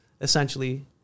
essentially